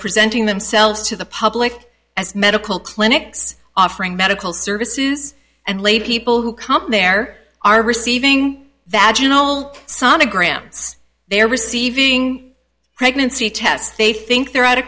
presenting themselves to the public as medical clinics offering medical services and lay people who come there are receiving that gentle sonograms they are receiving pregnancy test they think they're at a